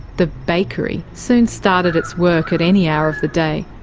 the bakery soon started its work at any hour of the day.